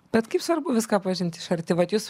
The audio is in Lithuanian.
bet kaip svarbu viską pažinti iš arti vat jūs va